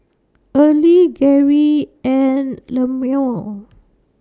Early Geri and Lemuel